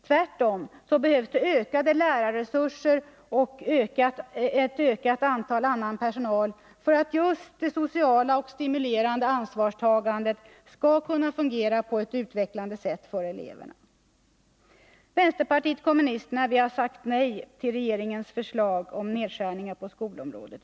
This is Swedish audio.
Tvärtom behövs det ökade lärarresurser och ett ökat antal annan personal för att just det sociala och stimulerande ansvarstagandet skall kunna fungera på ett utvecklande sätt för eleverna. Vpk har sagt nej till regeringens förslag om nedskärningar på skolområdet.